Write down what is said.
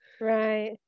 right